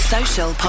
Social